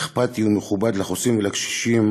אכפתי ומכובד לחוסים ולקשישים